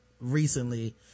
recently